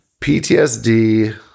PTSD